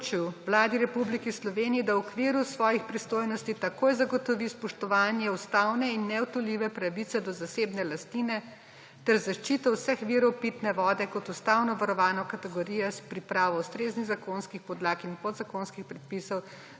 Vladi Republike Slovenije, da v okviru svojih pristojnosti takoj zagotovi spoštovanje ustavne in neodtujljive pravice do zasebne lastnine ter zaščito vseh virov pitne vode kot ustavno varovano kategorijo s pripravo ustreznih zakonskih podlag in podzakonskih predpisov